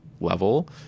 level